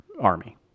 army